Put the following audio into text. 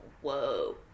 whoa